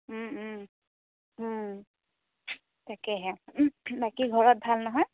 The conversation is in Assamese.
তাকেহে বাকী ঘৰত ভাল নহয়